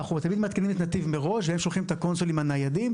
אנחנו תמיד מעדכנים את נתיב מראש והם שולחים את הקונסולים הניידים.